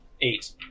Eight